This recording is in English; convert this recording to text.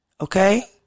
Okay